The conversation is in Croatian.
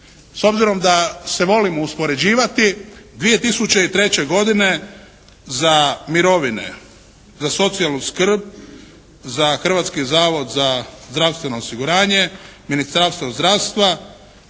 s obzirom da se volimo uspoređivati, 2003. godine za mirovine, za socijalnu skrb, za Hrvatski zavod za zdravstveno osiguranje Ministarstvo zdravstva